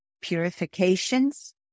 purifications